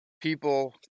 people